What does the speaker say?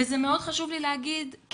חשוב לי מאוד להגיד,